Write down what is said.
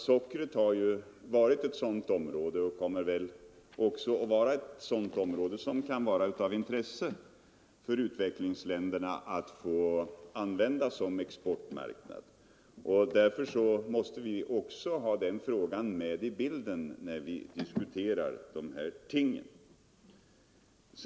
Sockret har ju varit och kommer väl också att vara ett område av intresse för u-länderna att använda som exportmarknad. Därför måste vi också ha den frågan med i bilden när vi diskuterar dessa ting.